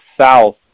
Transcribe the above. south